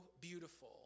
beautiful